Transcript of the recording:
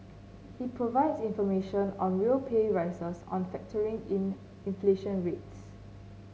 it provides information on real pay rises on factoring in inflation rates